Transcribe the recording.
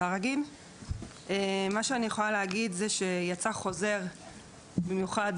מה שאני יכולה להגיד זה שיצא חוזר מיוחד